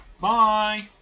Bye